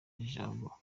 ijambo